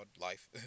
Life